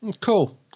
cool